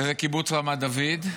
בקיבוץ רמת דוד,